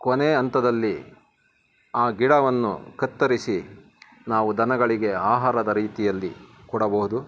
ಕೊನೆ ಹಂತದಲ್ಲಿ ಆ ಗಿಡವನ್ನು ಕತ್ತರಿಸಿ ನಾವು ದನಗಳಿಗೆ ಆಹಾರದ ರೀತಿಯಲ್ಲಿ ಕೊಡಬೋದು